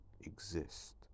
exist